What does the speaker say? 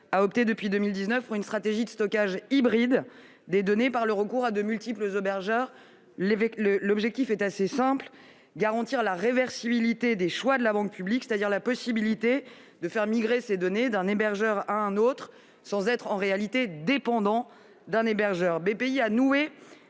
a opté, en 2019, pour une stratégie de stockage hybride des données, consistant à recourir à de multiples hébergeurs. L'objectif est assez simple : garantir la réversibilité des choix de la banque publique, c'est-à-dire la possibilité de faire migrer ces données d'un hébergeur à un autre, sans être dépendante de l'un d'entre eux. Dans